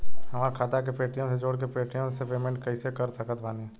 हमार खाता के पेटीएम से जोड़ के पेटीएम से पेमेंट कइसे कर सकत बानी?